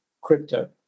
crypto